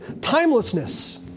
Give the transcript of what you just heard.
timelessness